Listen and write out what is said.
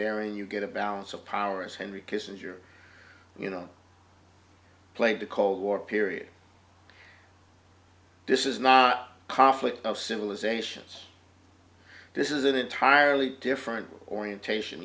daring you get a balance of power as henry kissinger you know played the cold war period this is not a conflict of civilizations this is an entirely different orientation